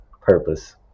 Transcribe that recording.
purpose